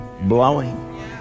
blowing